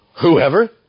whoever